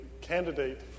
candidate